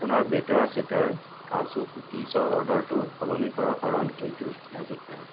আপোনাৰ বেটাৰ চেটাৰ কাজু কুকিজৰ অৰ্ডাৰটো সলনি কৰা কাৰণ এইটো মজুত নাই